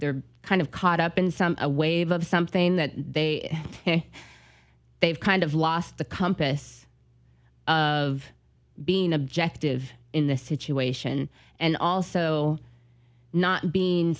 there kind of caught up in some a wave of something that they they've kind of lost the compass of being objective in the situation and also not being